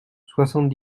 soixante